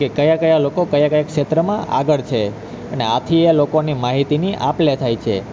કે કયા કયા લોકો કયા કયા ક્ષેત્રમાં આગળ છે અને આથી એ લોકોની માહિતીની આપલે થાય છે